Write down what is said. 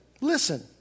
listen